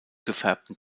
gefärbten